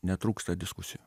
netrūksta diskusijų